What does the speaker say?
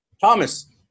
Thomas